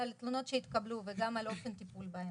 על תלונות שהתקבלו וגם על אופן הטיפול בהן.